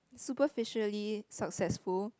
superficially successful